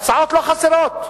הצעות לא חסרות,